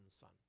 son